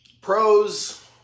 Pros